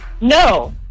No